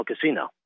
Casino